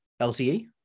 LTE